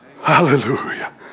Hallelujah